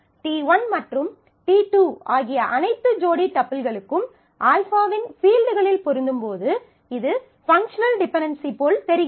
t1 மற்றும் t2 ஆகிய அனைத்து ஜோடி டப்பிள்களுக்கும் α வின் ஃபீல்ட்களில் பொருந்தும்போது இது பங்க்ஷனல் டிபென்டென்சி போல் தெரிகிறது